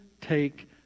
take